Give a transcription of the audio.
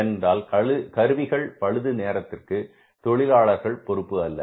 ஏனென்றால் கருவிகள் பழுது நேரத்திற்கு தொழிலாளர்கள் பொறுப்பல்ல